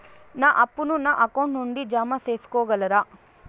నా అప్పును నా అకౌంట్ నుండి జామ సేసుకోగలరా?